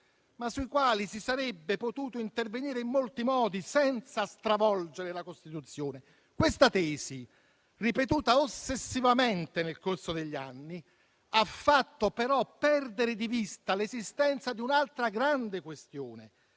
ma sui quali si sarebbe potuto intervenire in molti modi, senza stravolgere la Costituzione. Questa tesi, ripetuta ossessivamente nel corso degli anni, ha fatto però perdere di vista l'esistenza di un'altra grande questione,